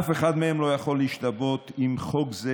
אף אחד מהם לא יכול להשתוות לחוק זה,